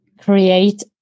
create